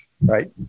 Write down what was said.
Right